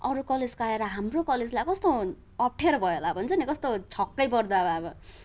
अरू कलेजको आएर हाम्रो कलेजलाई कस्तो अप्ठ्यारो भयो होला अब हुन्छ नि कस्तो छक्कै पर्दो अब